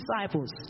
disciples